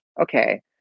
okay